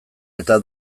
eta